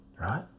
right